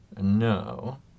No